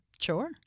Sure